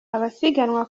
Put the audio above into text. abasiganwa